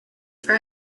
for